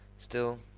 still,